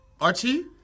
Archie